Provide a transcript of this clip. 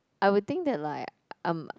I would think that like I'm